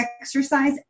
exercise